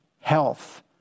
health